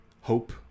hope